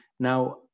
Now